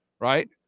right